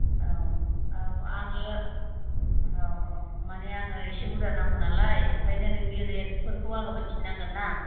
औ औ आङो औ औ माने आङो इसे बुरजा नांगौ नालाय ओंखायनो नोंनि रेटफोरखौ आङो मोन्थिनांगोन ना